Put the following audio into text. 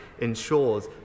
ensures